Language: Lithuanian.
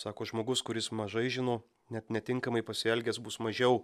sako žmogus kuris mažai žino net netinkamai pasielgęs bus mažiau